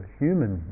human